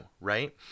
right